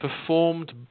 performed